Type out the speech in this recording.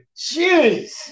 Jeez